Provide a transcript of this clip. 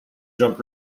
jump